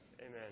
Amen